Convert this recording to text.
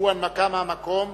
שהוא הנמקה מהמקום,